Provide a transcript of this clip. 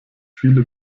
viele